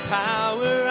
power